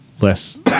less